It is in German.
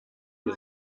die